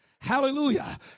Hallelujah